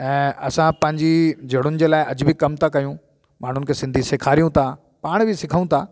ऐं असां पंहिंजी जड़ुनि जे लाइ अॼु बि कमु था कयूं माण्हुनि खे सिंधी सेखारियूं था पाण बि सिखूं था